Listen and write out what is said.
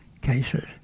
cases